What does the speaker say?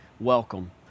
Welcome